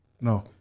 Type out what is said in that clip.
No